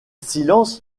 silence